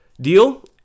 deal